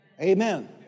Amen